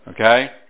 okay